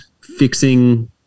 fixing